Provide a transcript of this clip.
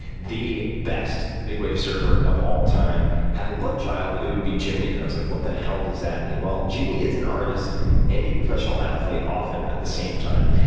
the best big wave surfer of all time had a love child, it would be jimmy. and i was like, what the hell does that mean? jimmy is an artist and a professional athlete, often at the same time.